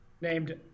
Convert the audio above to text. named